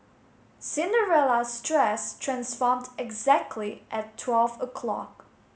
Cinderella's dress transformed exactly at twelve a clock